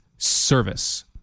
Service